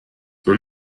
non